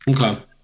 Okay